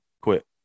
quit